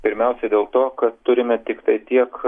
pirmiausia dėl to kad turime tiktai tiek